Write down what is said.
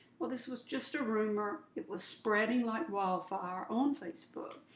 well, this was just a rumor. it was spreading like wildfire on facebook.